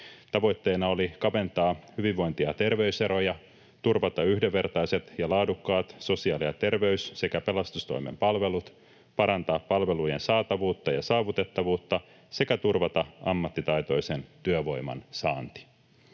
Tavoitteena oli kaventaa hyvinvointi- ja terveys-eroja, turvata yhdenvertaiset ja laadukkaat sosiaali- ja terveys- sekä pelastustoimen palvelut, parantaa palvelujen saatavuutta ja saavutettavuutta sekä turvata ammattitaitoisen työvoiman saanti.